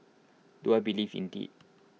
do I believe in D